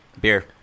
Beer